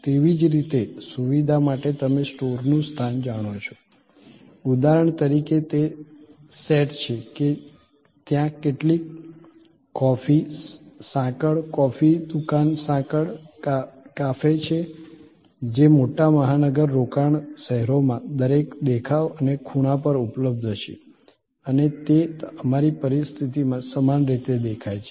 તેવી જ રીતે સુવિધા માટે તમે સ્ટોરનું સ્થાન જાણો છો ઉદાહરણ તરીકે તે સેટ છે કે ત્યાં કેટલીક કોફી સાંકળ કોફી દુકાન સાંકળ કાફે છે જે મોટા મહાનગર રોકાણ શહેરોમાં દરેક દેખાવ અને ખૂણા પર ઉપલબ્ધ છે અને તે અમારી પરિસ્થિતિમાં સમાન રીતે દેખાય છે